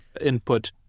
input